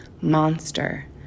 monster